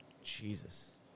Jesus